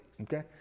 Okay